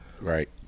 right